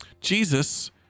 Jesus